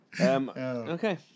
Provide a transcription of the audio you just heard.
Okay